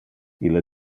ille